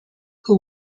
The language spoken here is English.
who